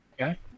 Okay